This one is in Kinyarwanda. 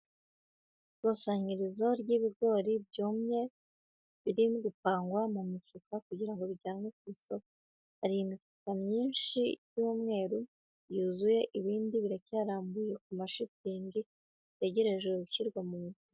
Ikusanyirizo ry'ibigori byumye, biri gupangwa mu mifuka kugira ngo bijyanwe ku isoko. Hari imifuka myinshi y'umweru yuzuye, ibindi biracyarambuye ku mashitingi bitegerejwe gushyirwamo.